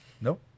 nope